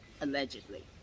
allegedly